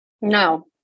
No